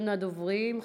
ראשון הדוברים,